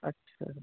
اچھا